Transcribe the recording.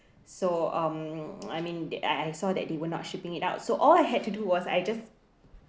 so um I mean I I saw that they were not shipping it out so all I had to do was I just